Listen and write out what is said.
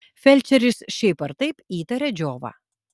felčeris šiaip ar taip įtaria džiovą